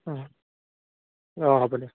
ও অ হ'ব দে